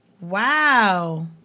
Wow